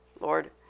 Lord